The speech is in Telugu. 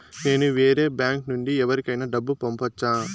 నేను వేరే బ్యాంకు నుండి ఎవరికైనా డబ్బు పంపొచ్చా?